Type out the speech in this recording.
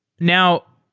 now,